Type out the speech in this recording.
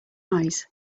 eyes